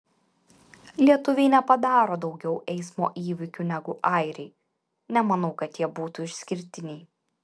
lietuviai nepadaro daugiau eismo įvykių negu airiai nemanau kad jie būtų išskirtiniai